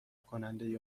کننده